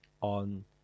on